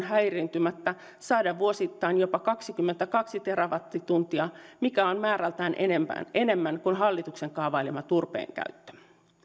häiriintymättä saada vuosittain jopa kaksikymmentäkaksi terawattituntia mikä on määrältään enemmän kuin hallituksen kaavailema turpeenkäyttö